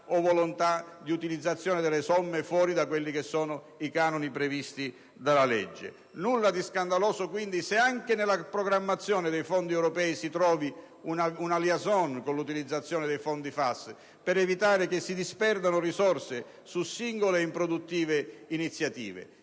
o volontà di utilizzazione delle somme al di fuori dei canoni previsti dalla legge; nulla di scandaloso, quindi, se anche nella programmazione dei fondi europei si trovi una *liaison* con l'utilizzazione dei fondi FAS per evitare che si disperdano risorse su singole improduttive iniziative.